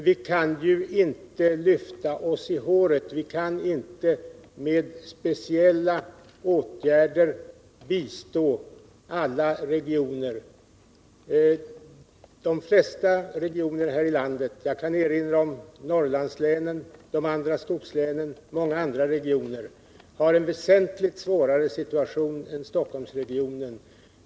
Vi kan ju inte lyfta oss i håret, vi kan inte med speciella åtgärder bistå alla regioner. De flesta regionerna här i landet - jag kan erinra om Norrlandslänen, de andra skogslänen och många andra regioner — har en väsentligt svårare situation än Stockholmsregionen.